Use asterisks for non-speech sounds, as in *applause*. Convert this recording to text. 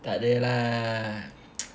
takde lah *noise*